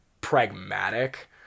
pragmatic